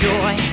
Joy